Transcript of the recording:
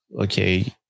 Okay